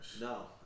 No